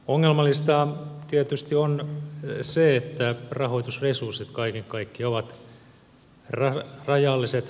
ongelmallista tietysti on se että rahoitusresurssit kaiken kaikkiaan ovat rajalliset